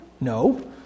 No